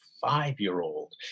five-year-old